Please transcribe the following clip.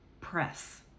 press